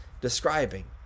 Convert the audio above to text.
describing